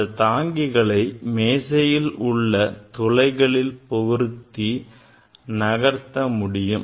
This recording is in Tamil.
இந்த தாங்கிகளை மேசையில் உள்ள துளைகளில் பொருத்தி நகர்த்த முடியும்